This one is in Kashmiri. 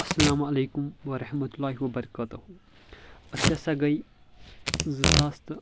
السلام عليكم ورحمة الله وبركاته أسۍ ہسا گٔے زٕ ساس تہٕ